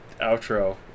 outro